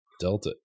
Delta